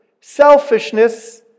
selfishness